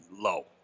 low